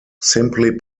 simply